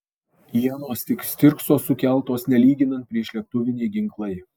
ienos tik stirkso sukeltos nelyginant priešlėktuviniai ginklai